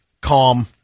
calm